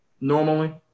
Normally